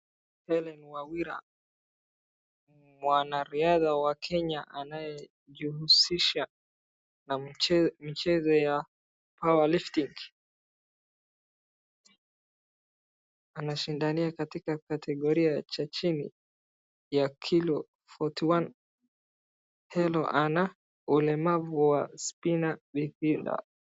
Helen Wawira, mwanaraidhaa wa kenya anayejihusisha na michezo ya power lifting .Anashindania katika kategoria cha chini ya kilo forty one .Helen ana ulemavu wa spinal lidima .